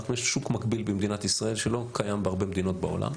יש שוק מקביל במדינת ישראל שלא קיים בהרבה מדינות בעולם.